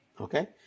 Okay